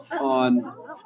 on